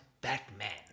Batman